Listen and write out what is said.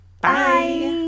Bye